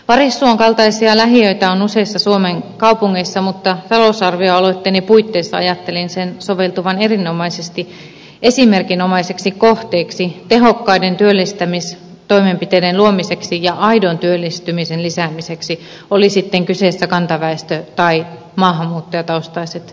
varissuon kaltaisia lähiöitä on useissa suomen kaupungeissa mutta talousarvioaloitteeni puitteissa ajattelin sen soveltuvan erinomaisesti esimerkinomaiseksi kohteeksi tehokkaiden työllistämistoimenpiteiden luomiseksi ja aidon työllistymisen lisäämiseksi olivat sitten kyseessä kantaväestö tai maahanmuuttajataustaiset asukkaat